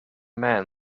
man